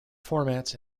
formats